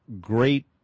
great